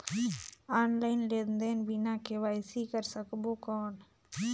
Online लेनदेन बिना KYC कर सकबो कौन??